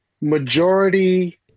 majority